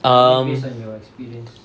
um